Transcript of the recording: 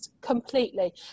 completely